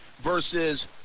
versus